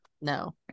no